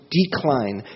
decline